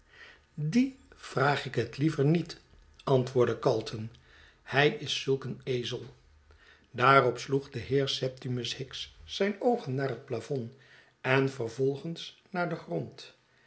dien vraag ik het liever niet antwoordde calton hij is zulk een ezel daarop sloeg de heer septimus hicks zijn oogen naar het plafond en vervolgens naar den grond